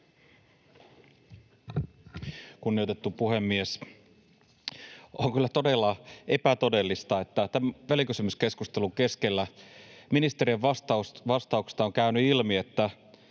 Kunnioitettu puhemies! On kyllä todella epätodellista, että välikysymyskeskustelun keskellä ministerin vastauksesta on käynyt ilmi, että